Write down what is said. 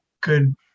good